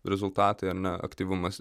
rezultatai ar ne aktyvumas